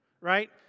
Right